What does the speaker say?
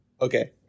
okay